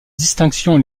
distinctions